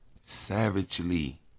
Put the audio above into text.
Savagely